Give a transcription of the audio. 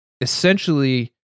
essentially